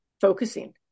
focusing